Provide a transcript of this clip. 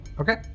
Okay